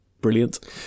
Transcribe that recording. brilliant